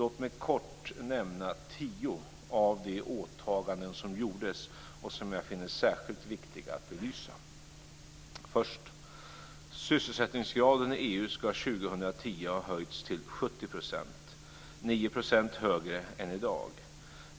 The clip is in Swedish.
Låt mig kort nämna tio av de åtaganden som gjordes och som jag finner särskilt viktiga att belysa. Sysselsättningsgraden i EU ska 2010 ha höjts till 70 %- 9 % högre än i dag.